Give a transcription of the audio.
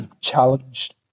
challenged